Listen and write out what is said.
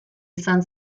izan